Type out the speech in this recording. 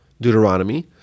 Deuteronomy